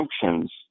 functions